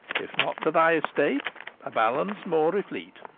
if not to thy estate a balance more replete.